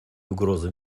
угрозы